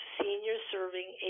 senior-serving